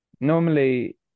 Normally